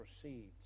proceeds